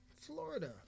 Florida